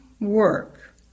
work